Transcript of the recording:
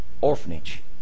orphanage